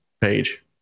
page